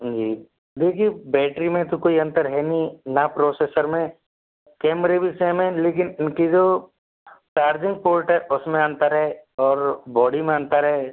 जी देखिए बैटरी में तो कोई अंतर है नहीं ना प्रोसेसर में कैमरे भी सेम हैं लेकिन इनका जो चार्जिंग पोर्ट है उस में अंतर है और बॉडी में अंतर है